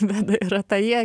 be abejo yra tai jie